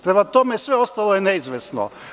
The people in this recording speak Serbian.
Prema tome, sve ostalo je neizvesno.